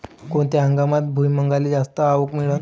कोनत्या हंगामात भुईमुंगाले जास्त आवक मिळन?